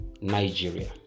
Nigeria